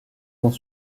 dans